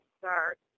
start